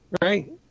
right